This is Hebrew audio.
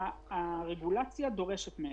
שהרגולציה דורשת מהם.